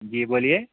जी बोलिये